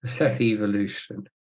evolution